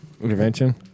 Intervention